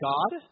God